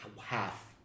half